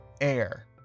air